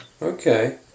Okay